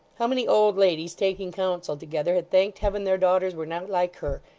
how many old ladies, taking counsel together, had thanked heaven their daughters were not like her,